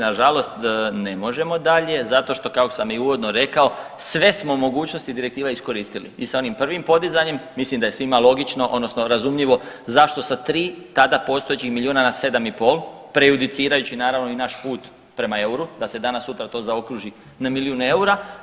Na žalost ne možemo dalje zato što kako sam uvodno i rekao sve smo mogućnosti direktiva iskoristili i sa onim prvim podizanjem mislim da je svima logično, odnosno razumljivo zašto sa tri tada postojećih milijuna na sedam i pol prejudicirajući naravno i naš put prema euru da se danas sutra to zaokruži na milijun eura.